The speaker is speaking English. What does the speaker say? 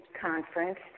conference